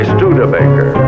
Studebaker